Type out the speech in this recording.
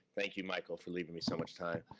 thank you, michael, for leaving me so much time.